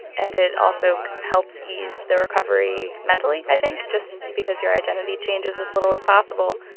and it also helps ease their recovery mentally, i think, just because your identity changes as little as possible.